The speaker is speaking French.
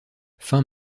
fin